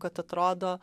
kad atrodo